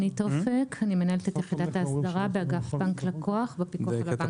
אני מנהלת את יחידת האסדרה באגף בנק-לקוח בפיקוח על הבנקים.